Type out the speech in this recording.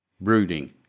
brooding